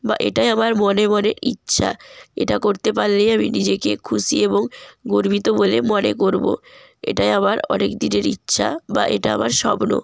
বা এটাই আমার মনে মনে ইচ্ছা এটা করতে পারলেই আমি নিজেকে খুশি এবং গর্বিত বলে মনে করবো এটাই আমার অনেক দিনের ইচ্ছা বা এটা আমার স্বপ্ন